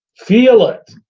feel it,